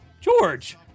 George